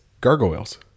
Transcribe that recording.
gargoyles